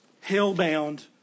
hell-bound